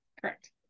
correct